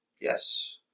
Yes